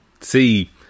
see